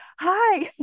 hi